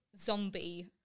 zombie